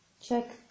check